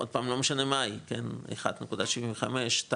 עוד פעם, לא משנה מהי, 1.75, 2,